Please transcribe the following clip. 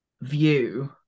view